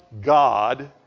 God